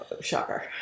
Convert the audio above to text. Shocker